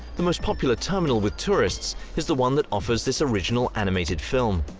the most popular terminal with tourists is the one that offers this original animated film.